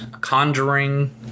Conjuring